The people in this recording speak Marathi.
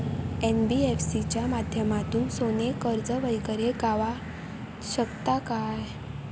एन.बी.एफ.सी च्या माध्यमातून सोने कर्ज वगैरे गावात शकता काय?